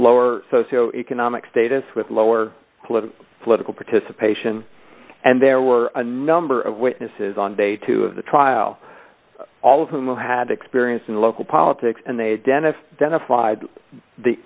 lower socioeconomic status with lower political participation and there were a number of witnesses on day two of the trial all of whom had experience in local politics and they had dennis dennis slide the